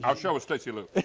um share with stacy low.